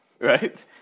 Right